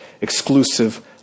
exclusive